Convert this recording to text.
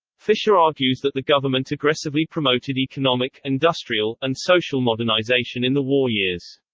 fisher argues that the government aggressively promoted economic, industrial, and social modernization in the war years.